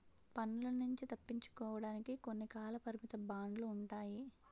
పన్నుల నుంచి తప్పించుకోవడానికి కొన్ని కాలపరిమిత బాండ్లు ఉంటాయి